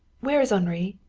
where is henri?